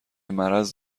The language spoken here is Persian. مرض